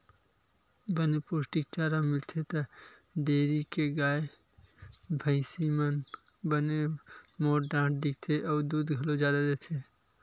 बने पोस्टिक चारा मिलथे त डेयरी के गाय, भइसी मन बने मोठ डांठ दिखथे अउ दूद घलो जादा देथे